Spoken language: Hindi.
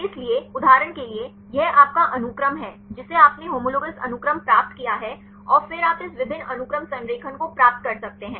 इसलिए उदाहरण के लिए यह आपका अनुक्रम है जिसे आपने होमोलोगस अनुक्रम प्राप्त किया है और फिर आप इस विभिन्न अनुक्रम संरेखण को प्राप्त कर सकते हैं